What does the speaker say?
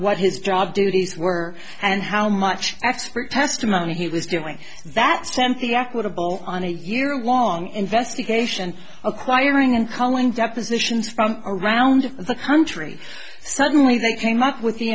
what his job duties were and how much expert testimony he was doing that's tempe equitable on a year long investigation acquiring and calling depositions from around the country suddenly they came up with the